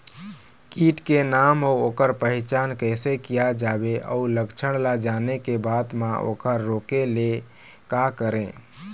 कीट के नाम अउ ओकर पहचान कैसे किया जावे अउ लक्षण ला जाने के बाद मा ओकर रोके ले का करें?